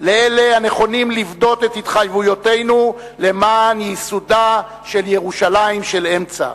לאלה הנכונים לפדות את התחייבויותינו למען ייסודה של ירושלים של אמצע.